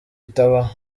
itabaho